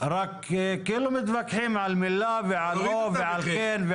רק כאילו מתווכחים על מילה ועל "או" ועל "כן".